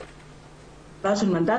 הרחבה של מנדט,